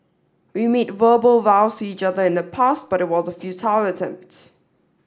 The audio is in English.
we made verbal vows to each other in the past but it was a futile attempt